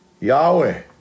Yahweh